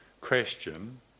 question